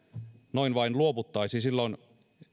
noin vain luovuttaisiin silloin